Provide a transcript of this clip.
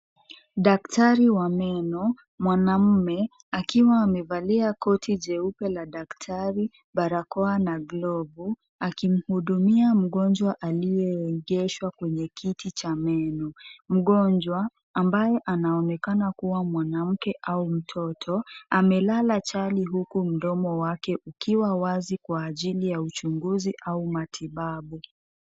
Daktari wa meno mwanaume akiwa amevalia koti jeupe la daktari, barakoa na glovu akimhudumia mgonjwa aliyeegeshwa kwenye kiti cha meno. Mgonjwa ambaye anaonekana kuwa mwanamke au mtoto amelala chali huku mdomo wake ukiwa wazi kwa ajili ya uchunguzi au matibabu.